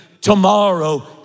tomorrow